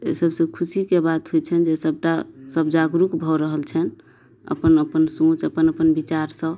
एहि सभसँ खुशीके बात होइ छनि जे सभटा सभ जागरूक भऽ रहल छनि अपन अपन सोच अपन अपन विचारसँ